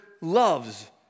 loves